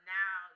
now